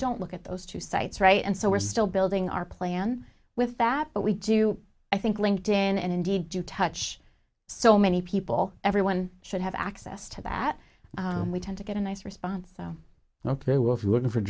don't look at those two sites right and so we're still building our plan with that but we do i think linked in and indeed you touch so many people everyone should have access to that we tend to get a nice response not they were looking for